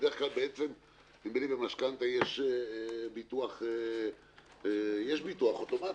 במשכנתה יש ביטוח אוטומטי,